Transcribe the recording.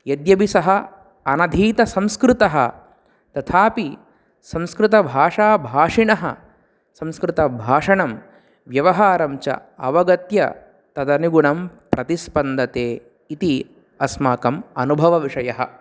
यद्यपि सः अनधीतसंस्कृतः तथापि संस्कृतभाषाभाषिणः संस्कृतभाषणं व्यवहारं च अवगत्य तदनुगुणं प्रतिस्पन्दते इति अस्माकम् अनुभवविषयः